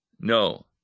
No